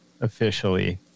officially